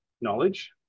knowledge